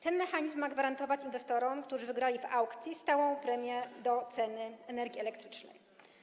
Ten mechanizm ma gwarantować inwestorom, którzy wygrali w aukcji, stałą premię do ceny energii elektrycznej.